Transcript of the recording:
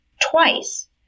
twice